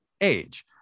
age